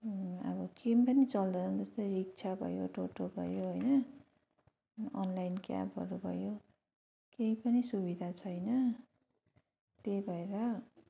अब केही पनि चल्दैन त्यस्तै रिक्सा भयो टोटो भयो होइन अनलाइन क्याबहरू भयो केही पनि सुविधा छैन त्यही भएर